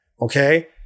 okay